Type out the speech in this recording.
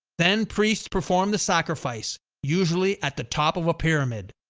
then priests performed the sacrifice usually at the top of a pyramid.